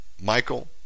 Michael